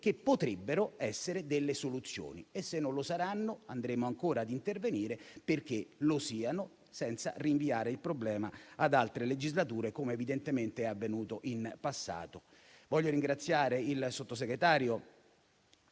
che potrebbero essere delle soluzioni. Se non lo saranno, andremo ancora ad intervenire perché lo siano, senza rinviare il problema ad altre legislature, come evidentemente è avvenuto in passato. Voglio ringraziare il sottosegretario